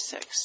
Six